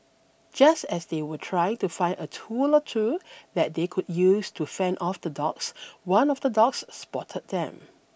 just as they were trying to find a tool or two that they could use to fend off the dogs one of the dogs spotted them